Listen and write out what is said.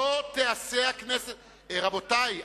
רבותי,